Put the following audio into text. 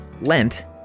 Lent